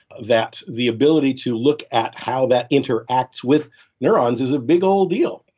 that, the ability to look at how that interacts with neurons is a big whole deal.